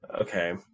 okay